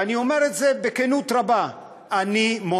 ואני אומר את זה בכנות רבה.